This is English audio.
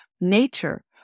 nature